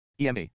EMA